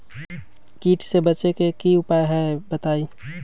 कीट से बचे के की उपाय हैं बताई?